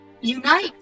unite